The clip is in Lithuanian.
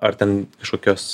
ar ten kažkokios